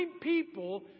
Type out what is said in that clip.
people